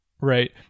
right